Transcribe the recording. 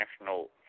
National